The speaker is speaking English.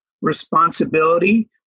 responsibility